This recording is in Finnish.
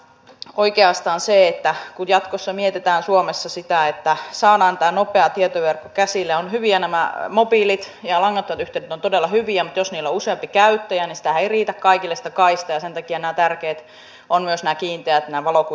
oikeastaan kun jatkossa mietitään suomessa sitä että saadaan tämä nopea tietoverkko käsille nämä mobiilit ja langattomat yhteydet ovat todella hyviä mutta jos niillä on useampi käyttäjä niin sitä kaistaahan ei riitä kaikille ja sen takia myös nämä kiinteät valokuituyhteydet ovat tärkeät